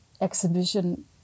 exhibition